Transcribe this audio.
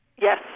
Yes